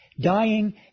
Dying